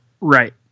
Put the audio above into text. Right